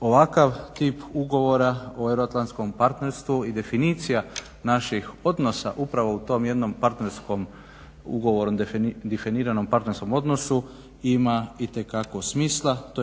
ovakav tip ugovora o euroatlantskom partnerstvu i definicija naših odnosa upravo u tom jednom partnerskom ugovorom definiranom partnerskom odnosu ima itekako smisla tj.